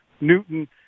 Newton